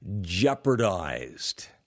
jeopardized